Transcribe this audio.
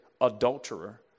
adulterer